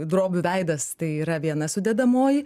drobių veidas tai yra viena sudedamoji